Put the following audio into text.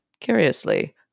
curiously